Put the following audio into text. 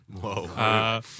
Whoa